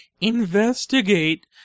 investigate